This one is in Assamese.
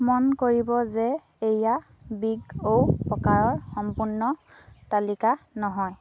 মন কৰিব যে এইয়া বিগ অ' প্ৰকাৰৰ সম্পূৰ্ণ তালিকা নহয়